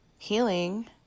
Healing